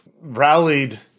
rallied